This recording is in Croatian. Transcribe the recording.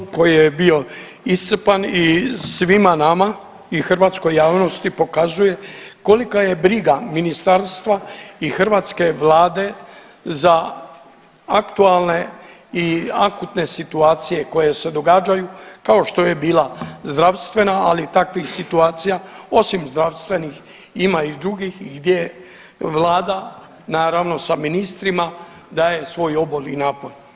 koji je bio iscrpan i svima nama i hrvatskoj javnosti pokazuje kolika je briga ministarstva i hrvatske Vlade za aktualne i akutne situacije koje se događaju kao što je bila zdravstvena, ali takvih situacija osim zdravstvenih ima i drugih gdje Vlada naravno sa ministrima daje svoj obol i napor.